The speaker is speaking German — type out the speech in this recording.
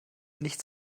nichts